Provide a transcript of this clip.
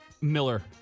Miller